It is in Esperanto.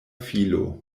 filo